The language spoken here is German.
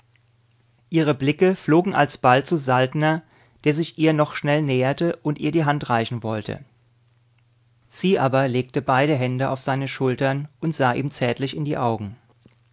ihre blicke flogen alsbald zu saltner der sich ihr noch schnell näherte und ihr die hand reichen wollte sie aber legte beide hände auf seine schultern und sah ihm zärtlich in die augen